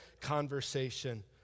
conversation